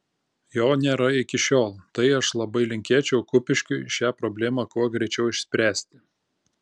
jo nėra iki šiol tai aš labai linkėčiau kupiškiui šią problemą kuo greičiau išspręsti